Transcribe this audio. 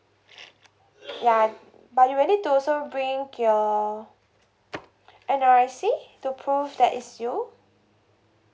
ya but you will need to also bring your N_R_I_C to prove that is you